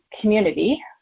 community